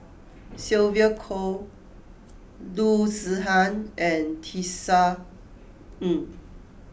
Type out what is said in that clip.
Sylvia Kho Loo Zihan and Tisa Ng